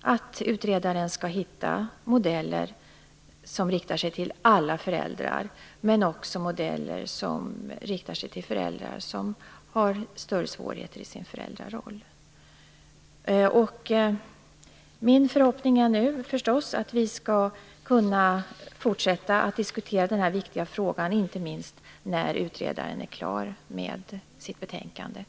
att utredaren skall hitta modeller som riktar sig till alla föräldrar, men också modeller som riktar sig till föräldrar som har större svårigheter i sin föräldraroll. Min förhoppning är nu att vi skall kunna fortsätta att diskutera denna viktiga fråga, inte minst när utredaren är klar med sitt betänkande.